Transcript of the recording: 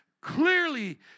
clearly